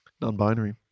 Non-binary